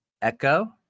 Echo